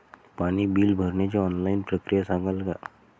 पाणी बिल भरण्याची ऑनलाईन प्रक्रिया सांगाल का?